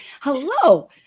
Hello